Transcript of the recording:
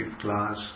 class